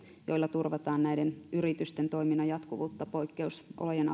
joilla turvataan näiden yritysten toiminnan jatkuvuutta poikkeusolojen